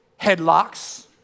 Headlocks